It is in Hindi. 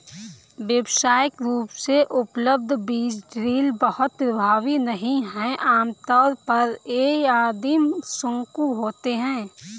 व्यावसायिक रूप से उपलब्ध बीज ड्रिल बहुत प्रभावी नहीं हैं आमतौर पर ये आदिम शंकु होते हैं